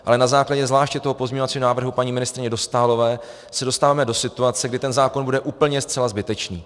Ale na základě zvláště toho pozměňovacího návrhu paní ministryně Dostálové se dostáváme do situace, kdy ten zákon bude úplně, zcela zbytečný.